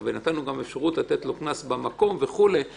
ונתנו לו גם אפשרות לתת קנס במקום זה לא